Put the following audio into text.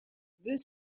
this